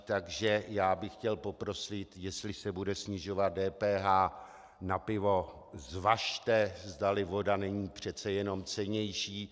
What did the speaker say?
Takže já bych chtěl poprosit, jestli se bude snižovat DPH na pivo, zvažte, zdali voda není přece jenom cennější.